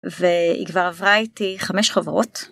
והיא כבר עברה איתי חמש חברות.